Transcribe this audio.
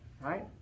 right